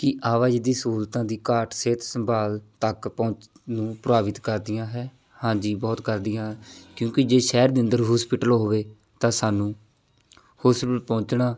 ਕੀ ਆਵਾਜਾਈ ਦੀ ਸਹੂਲਤਾਂ ਦੀ ਘਾਟ ਸਿਹਤ ਸੰਭਾਲ ਤੱਕ ਪਹੁੰਚ ਨੂੰ ਪ੍ਰਾਪਤ ਕਰਦੀਆਂ ਹੈ ਹਾਂਜੀ ਬਹੁਤ ਕਰਦੀਆਂ ਕਿਉਂਕਿ ਜੇ ਸ਼ਹਿਰ ਦੇ ਅੰਦਰ ਹੋਸਪੀਟਲ ਹੋਵੇ ਤਾਂ ਸਾਨੂੰ ਹੋਸ ਪਹੁੰਚਣਾ